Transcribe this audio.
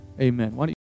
Amen